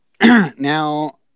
Now